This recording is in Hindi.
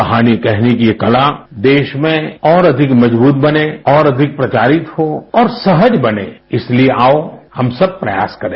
कहानी कहने की ये कला देश में और अधिक मजबूत बनें और अधिक प्रचारित हो और सहज बने इसलिए आओ हम सब प्रयास करें